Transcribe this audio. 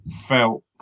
felt